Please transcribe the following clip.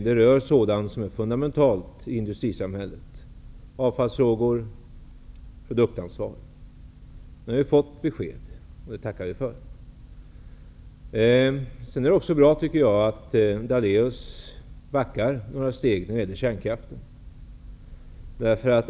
De rör sådana frågor som är fundamentala i industrisamhället -- avfallsfrågor och produktansvar. Nu har vi fått besked, och det tackar vi för. Det är också bra att Daléus backar några steg när det gäller kärnkraften.